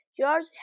george